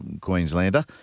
Queenslander